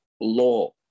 law